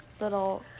little